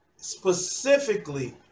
specifically